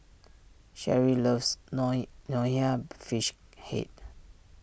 Cherie loves Nonya Fish Head